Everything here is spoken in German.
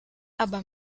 aber